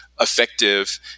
effective